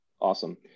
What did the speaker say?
awesome